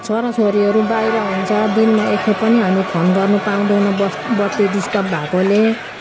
छोरा छोरीहरू बाहिर हुन्छ दिनमा एक खेप पनि हामी फोन गर्नु पाउँदैनौँ बत्ती डिस्टर्ब भएकोले